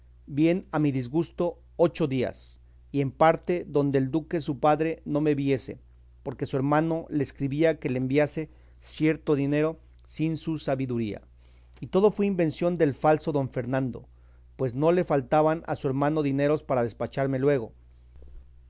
bien a mi disgusto ocho días y en parte donde el duque su padre no me viese porque su hermano le escribía que le enviase cierto dinero sin su sabiduría y todo fue invención del falso don fernando pues no le faltaban a su hermano dineros para despacharme luego